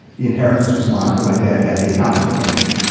the inheritance was mine but my dad had the account information.